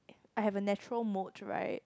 I have a natural moat right